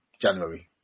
January